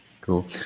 Cool